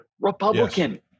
Republican